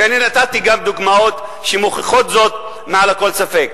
ואני נתתי גם דוגמאות שמוכיחות זאת מעל לכל ספק.